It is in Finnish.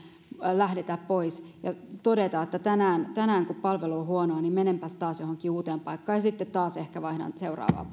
lähdetä pois ja todeta että tänään tänään kun palvelu on huonoa niin menenpäs johonkin uuteen paikkaan ja sitten ehkä taas vaihdan seuraavaan